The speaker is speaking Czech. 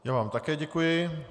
Já vám také děkuji.